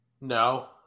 no